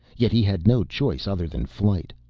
yet he had no choice other than flight.